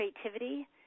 creativity